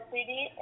City